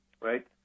right